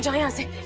fiancee.